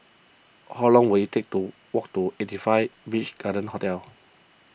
how long will it take to walk to eighty five Beach Garden Hotel